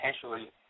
potentially